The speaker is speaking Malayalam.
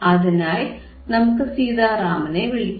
അതിനായി നമുക്ക് സീതാറാമിനെ വിളിക്കാം